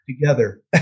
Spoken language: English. together